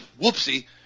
whoopsie